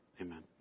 amen